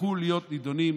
יצטרכו להיות נדונות